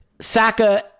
Saka